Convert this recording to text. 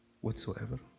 whatsoever